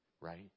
Right